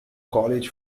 college